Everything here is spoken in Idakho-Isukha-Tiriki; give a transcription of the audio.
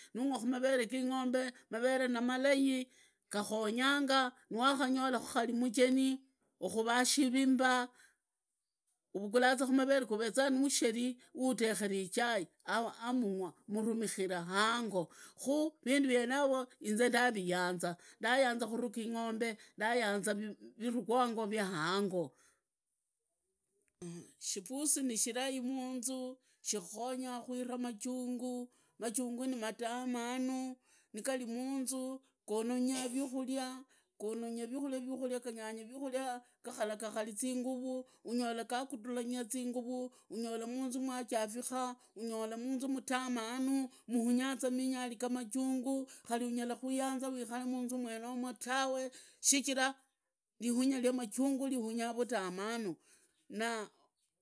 Nagwaku marere gi'ng'ombe marere nimalei gakonyanga mwakanyora kari mujeni, ukuvaa shirii mba avuguraaza kamarere gareza nusheri nudenera chai amungwa murumimra hango kha vinduvyenevo ndaviyanza ndayanza khuruga ing'ombe ndayanza vivukwanga vya hango shipusi nishirai munzu shikhukunya kuira majunguu, nimadamanu nigari munzu gononya vihuria gakaragakaraga zinguru, muunzu muohafaka, unyola munzu mutamanu, muunyaza mingali ga majunguu, khari unyara kuyanza uikare munzu mwenumu tawe. Sichiva lihunga ya majungu lihunyaa vatamanu na